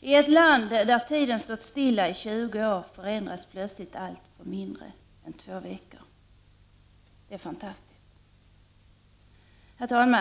I ett land där tiden stått stilla i 20 år förändras plötsligt allt på mindre än två veckor. Det är fantastiskt! Herr talman!